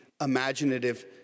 imaginative